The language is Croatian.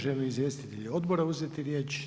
Žele li izvjestitelji odbora uzeti riječ?